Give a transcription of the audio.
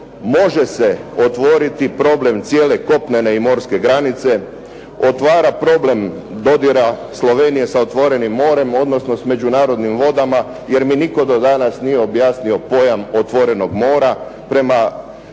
može se otvoriti problem cijele kopnene i morske granice, otvara problem dodira Slovenije s otvorenim morem odnosno s međunarodnim vodama jer mi nitko do danas nije objasnio pojam otvorenog mora. Prema